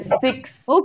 six